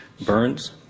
burns